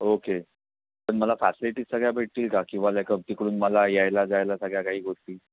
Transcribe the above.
okay पण मला facilities सगळ्या भेटतील का किंवा लाईक तिकडून मला यायला जायला सगळ्या काही गोष्टी